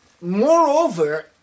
Moreover